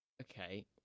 Okay